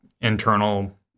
internal